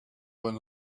when